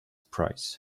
price